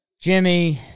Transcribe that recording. Jimmy